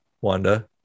Wanda